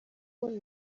ubona